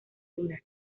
lunar